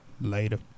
Later